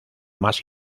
más